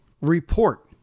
report